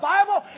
Bible